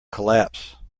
collapse